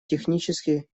технически